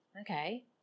Okay